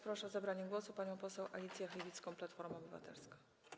Proszę o zabranie głosu panią poseł Alicję Chybicką, Platforma Obywatelska.